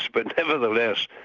but nevertheless,